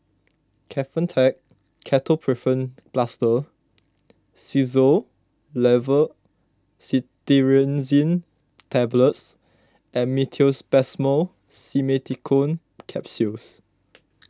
Kefentech Ketoprofen Plaster Xyzal Levocetirizine Tablets and Meteospasmyl Simeticone Capsules